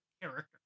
character